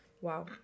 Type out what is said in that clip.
Wow